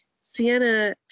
Sienna